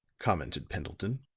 commented pendleton.